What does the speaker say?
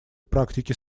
практике